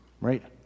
right